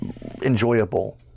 enjoyable